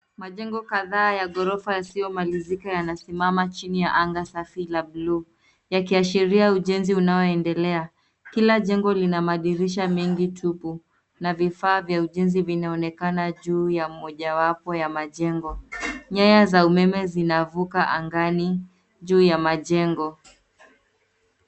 Majengo kadhaa ya ghorofa yasiyomalizika yamesimama chini ya anga safi la bluu. Yakiashiria ujenzi unaoendelea. Kila jengo lina madirisha mengi tupu na vifaa vya ujenzi vinaonekana juu ya mojawapo ya majengo. Nyaya za umeme zinavuka angani juu ya majengo.